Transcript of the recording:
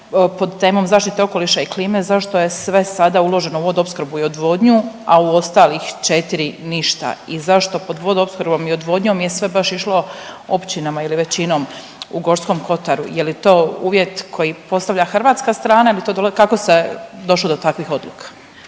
pod temom zaštite okoliša i klime zašto je sve sada uloženo u vodoopskrbu i odvodnju, a u ostalih 4 ništa. I zašto pod vodoopskrbom i odvodnjom je sve baš išlo općinama ili većinom u Gorskom kotaru. Je li to uvjet koji postavlja hrvatska strana ili, kako se došlo do takvih odluka.